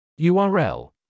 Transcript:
URL